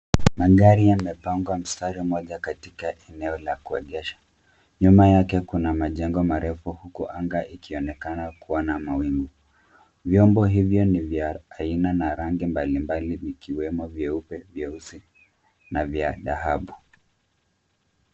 Magari yamepangwa mstari moja katika eneo la kuegesha. Nyuma yake kuna majengo marefu uku anga ikionekana kuwa na mawingu. Vyombo hivyo ni vya aina na rangi mbalimbali ikiwemo vyeupe, vyeusi na vya dhahabu.